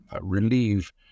relieve